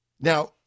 Now